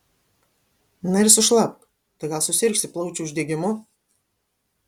na ir sušlapk tai gal susirgsi plaučių uždegimu